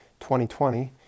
2020